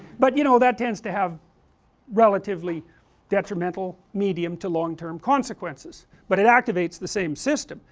but you know that tends to have relatively detrimental medium to long term consequences but it activates the same system,